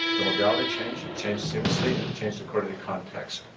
the modality change, change seamlessly, and change the quarterly context.